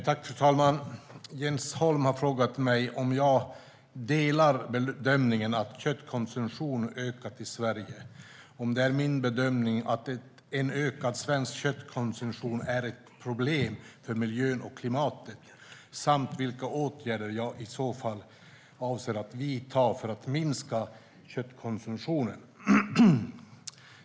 Fru talman! Jens Holm har frågat mig om jag delar bedömningen att köttkonsumtionen har ökat i Sverige, om det är min bedömning att en ökad svensk köttkonsumtion är ett problem för miljön och klimatet samt vilka åtgärder jag i så fall avser att vidta för att minska köttkonsumtionen.